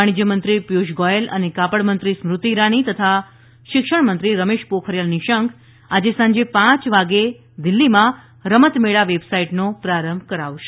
વાણિજ્યમંત્રી પિયુષ ગોયલ અને કાપડમંત્રી સ્મૃતિ ઇરાની તથા શિક્ષણમંત્રી રમેશ પોખરીયાલ નિશંક આજે સાંજે પાંચ વાગે દિલ્હીમાં રમત મેળા વેબસાઇટનો પ્રારંભ કરાવશે